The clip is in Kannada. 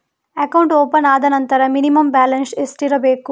ಅಕೌಂಟ್ ಓಪನ್ ಆದ ನಂತರ ಮಿನಿಮಂ ಬ್ಯಾಲೆನ್ಸ್ ಎಷ್ಟಿರಬೇಕು?